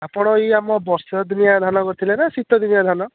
ଆପଣ ଏହି ଆମ ବର୍ଷା ଦିନିଆ ଧାନ କରିଥିଲେ ନା ଶୀତ ଦିନିଆ ଧାନ